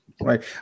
Right